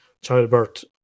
childbirth